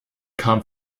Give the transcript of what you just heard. kam